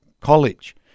college